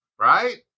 Right